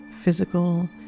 physical